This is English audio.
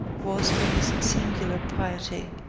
was, for his singular piety,